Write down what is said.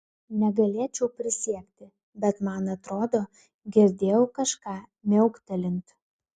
negalėčiau prisiekti bet man atrodo girdėjau kažką miauktelint